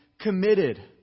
committed